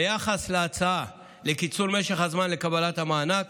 ביחס להצעה לקיצור משך הזמן לקבלת המענק,